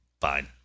Fine